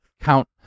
count